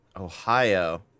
Ohio